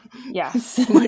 yes